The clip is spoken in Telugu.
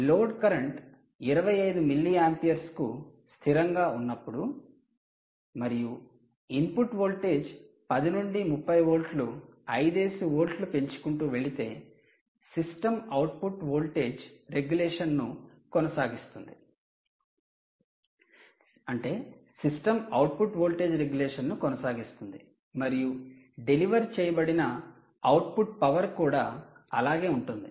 లోడ్ కరెంట్ 25 మిల్లియాంపియర్స్ కు స్థిరంగా ఉన్నప్పుడు మరియు ఇన్పుట్ వోల్టేజ్ 10 నుండి 30 వోల్ట్ల అయిదేసి వోల్ట్లు పెంచుకుంటూ వెళితే సిస్టమ్ అవుట్పుట్ వోల్టేజ్ రెగ్యులేషన్ ను కొనసాగిస్తుంది మరియు డెలివర్ చేయబడిన అవుట్పుట్ పవర్ కూడా అలాగే ఉంటుంది